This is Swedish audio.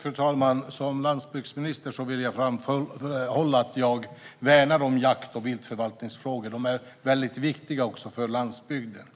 Fru talman! Som landsbygdsminister vill jag framhålla att jag värnar om jakt och viltförvaltningsfrågor. Dessa är väldigt viktiga för landsbygden.